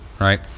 right